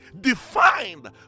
defined